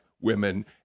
women